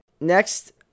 Next